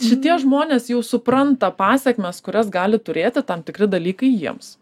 šitie žmonės jau supranta pasekmes kurias gali turėti tam tikri dalykai jiems